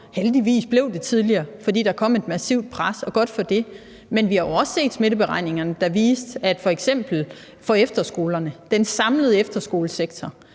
Heldigvis blev det tidligere, fordi der kom et massivt pres, og godt for det. Men vi har jo også set smitteberegninger, der viste, at der f.eks. i forbindelse med efterskolerne, altså den samlede efterskolesektor,